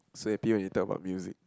so happy when you tell about music